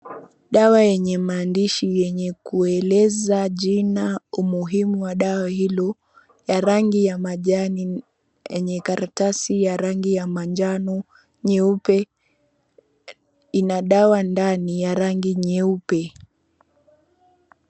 Dawa yenye maandishi yenye kueleza jina umuhimu wa dawa hilo ya rangi ya majani yenye karatasi ya rangi ya manjano nyeupe, ina dawa ndani ya rangi nyeupe.